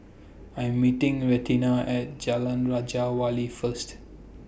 I Am meeting Renita At Jalan Raja Wali First